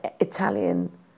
Italian